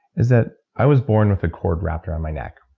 is that i was born with the cord wrapped around my neck.